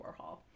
Warhol